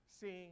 Seeing